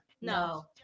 no